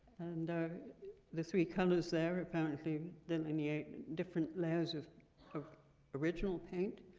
the the three colors there apparently delineate different layers of of original paint,